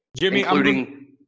including